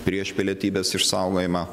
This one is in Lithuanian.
prieš pilietybės išsaugojimą